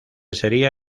sería